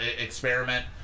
experiment